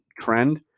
trend